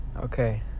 Okay